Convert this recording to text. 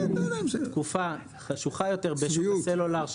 הייתה תקופה חשוכה יותר בשוק הסלולר,